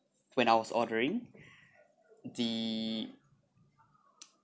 when I was ordering the